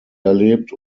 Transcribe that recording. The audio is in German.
erlebt